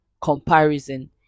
comparison